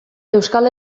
euskal